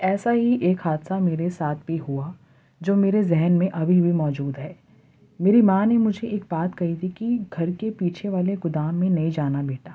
ایسا ہی ایک حادثہ میرے ساتھ بھی ہوا جو میرے ذہن میں ابھی بھی موجود ہے میری ماں نے مجھے ایک بات کہی تھی کہ گھر کے پیچھے والے گودام میں نہیں جانا بیٹا